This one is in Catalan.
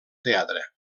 teatre